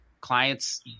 clients